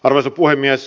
arvoisa puhemies